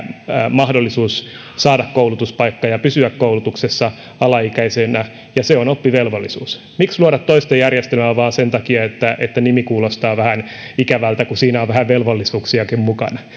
mahdollisuus saada koulutuspaikka ja pysyä koulutuksessa alaikäisenä ja se on oppivelvollisuus miksi luoda toista järjestelmää vain sen takia että että nimi kuulostaa vähän ikävältä kun siinä on vähän velvollisuuksiakin mukana